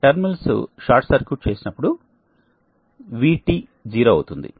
టెర్మినల్స్ను short circuit చేసినప్పుడు vT 0 అవుతుంది